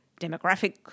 demographic